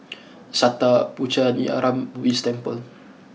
Sattha Puchaniyaram Buddhist Temple